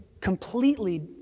completely